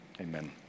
Amen